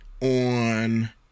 on